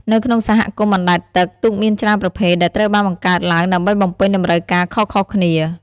នៅក្នុងសហគមន៍អណ្តែតទឹក ទូកមានច្រើនប្រភេទដែលត្រូវបានបង្កើតឡើងដើម្បីបំពេញតម្រូវការខុសៗគ្នា។